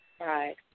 right